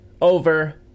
Over